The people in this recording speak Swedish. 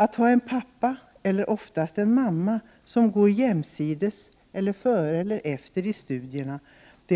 Att ha en pappa, eller oftast en mamma, som går jämsides eller före eller efter i studierna